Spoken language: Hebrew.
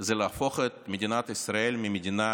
היא הפיכת מדינת ישראל ממדינה